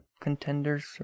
contenders